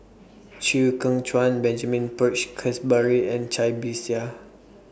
Chew Kheng Chuan Benjamin Peach Keasberry and Cai Bixia